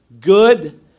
good